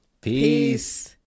Peace